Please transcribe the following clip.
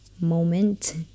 moment